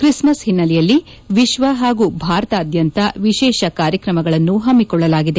Christmas ಹಿನ್ನೆಲೆಯಲ್ಲಿ ವಿಶ್ವ ಹಾಗೂ ಭಾರತದಾದ್ಯಂತ ವಿಶೇಷ ಕಾರ್ಯಕ್ರಮಗಳನ್ನು ಹಮ್ಮಿಕೊಳ್ಳಲಾಗಿದೆ